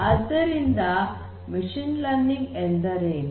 ಆದ್ದರಿಂದ machine learning ಎಂದರೇನು